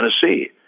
Tennessee